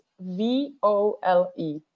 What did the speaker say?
V-O-L-E